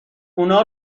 اونا